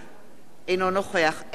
אינו נוכח איתן כבל,